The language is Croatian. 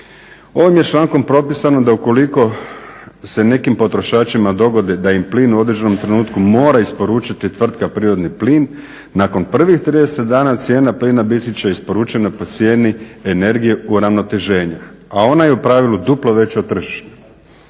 Ovim je člankom propisano da ukoliko se nekim potrošačima dogodi da im plin u određenom trenutku mora isporučiti tvrtka prirodni plin nakon prvih trideset dana cijena plina biti će isporučena po cijeni energije uravnoteženja a ona je u pravilu duplo veća od tržišne.